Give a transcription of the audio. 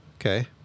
okay